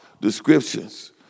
descriptions